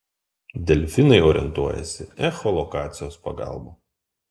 delfinai orientuojasi echolokacijos pagalba